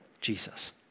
Jesus